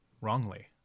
wrongly